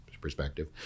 perspective